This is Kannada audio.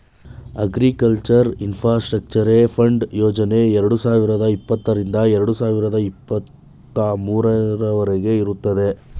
ಅಗ್ರಿಕಲ್ಚರ್ ಇನ್ಫಾಸ್ಟ್ರಕ್ಚರೆ ಫಂಡ್ ಯೋಜನೆ ಎರಡು ಸಾವಿರದ ಇಪ್ಪತ್ತರಿಂದ ಎರಡು ಸಾವಿರದ ಇಪ್ಪತ್ತ ಮೂರವರಗೆ ಇರುತ್ತದೆ